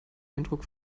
eindruck